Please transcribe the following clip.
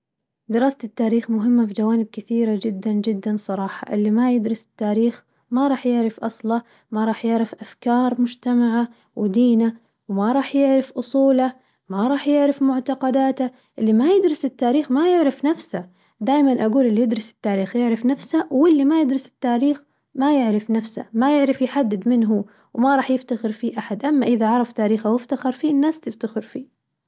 دراسة التاريخ مهمة في جوانب كثيرة جداً جداً صراحة، اللي ما يدرس التاريخ ما راح يعرف أصله ما راح يعرف أفكار مجتمعه ودينه وما راح يعرف أصوله، ما راح يعرف معتقداته، اللي ما يدرس التاريخ ما يعرف نفسه، دايماً أقول اللي يدرس التاريخ يعرف نفسه واللي ما يدرس التاريخ ما يعرف نفسه ما يعرف يحدد مين هو، وما راح يفتخر فيه أحد أما إذا عرف تاريخه وافتخر فيه الناس تفتخر فيه.